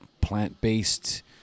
plant-based